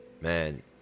Man